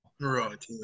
right